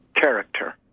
character